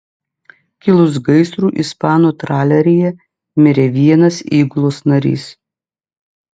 kilus gaisrui ispanų traleryje mirė vienas įgulos narys